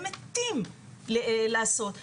הם מתים לעשות,